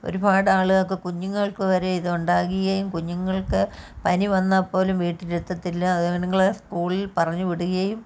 ഒരുപാട് ആളുകൾക്ക് കുഞ്ഞുങ്ങൾക്കു വരെ ഇതുണ്ടാകുകയും കുഞ്ഞുങ്ങൾക്ക് പനി വന്നാൽപ്പോലും വീട്ടിരിത്തത്തില്ല അതു പെണ്ണുങ്ങൾ സ്കൂളിൽ പറഞ്ഞു വിടുകയും